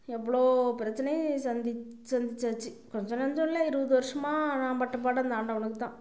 எவ்வளோ பிரச்சனையும் சந்திச் சந்திச்சாச்சு கொஞ்சம் நஞ்சம் இல்லை இருபது வருடமா நான் பட்டபாடு அந்த ஆண்டவனுக்குதான்